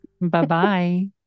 Bye-bye